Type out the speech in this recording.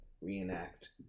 reenact